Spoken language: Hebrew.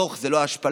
דוח זה לא השפלה.